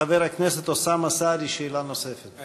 חבר הכנסת אוסאמה סעדי, שאלה נוספת.